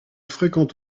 fréquente